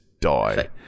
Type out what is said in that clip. die